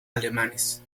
alemanes